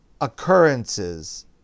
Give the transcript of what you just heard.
occurrences